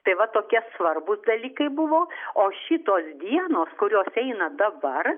tai va tokie svarbūs dalykai buvo o šitos dienos kurios eina dabar